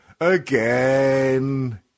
again